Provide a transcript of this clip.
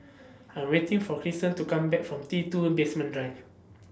I Am waiting For Cristen to Come Back from T two Basement Drive